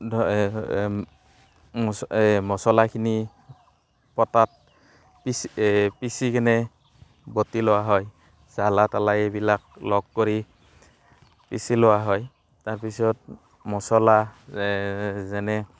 মছলাখিনি পটাত পিছি পিছি কিনে বটি লোৱা হয় জালা তালা এইবিলাক লগ কৰি পিছি লোৱা হয় তাৰপিছত মছলা যেনে